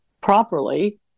properly